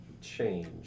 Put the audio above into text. change